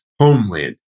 homeland